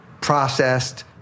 processed